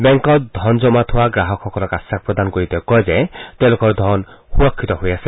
বেংকত ধন জমা অংশ গ্ৰাহকসকলক আশ্বাস প্ৰদান কৰি তেওঁ কয় যে তেওঁলোকৰ ধন সুৰক্ষিত হৈ আছে